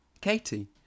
Katie